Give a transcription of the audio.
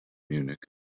munich